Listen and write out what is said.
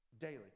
Daily